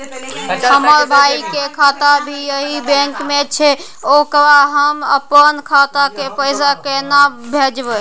हमर भाई के खाता भी यही बैंक में छै ओकरा हम अपन खाता से पैसा केना भेजबै?